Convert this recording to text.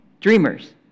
dreamers